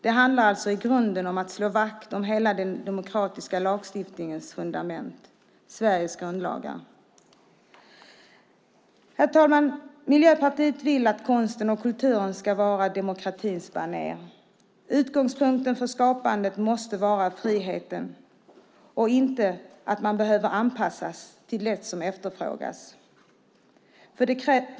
Det handlar alltså i grunden om att slå vakt om hela den demokratiska lagstiftningens fundament, Sveriges grundlagar. Herr talman! Miljöpartiet vill att konsten och kulturen ska vara demokratins baner. Utgångspunkten för skapandet måste vara friheten och inte att man behöver anpassa sig till det som efterfrågas.